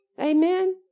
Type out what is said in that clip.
Amen